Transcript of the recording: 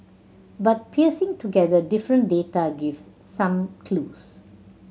but piecing together different data gives some clues